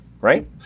right